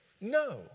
No